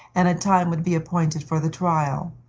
and a time would be appointed for the trial.